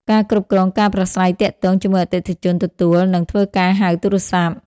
ការគ្រប់គ្រងការប្រាស្រ័យទាក់ទងជាមួយអតិថិជន ទទួល និងធ្វើការហៅទូរស័ព្ទ។